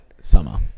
summer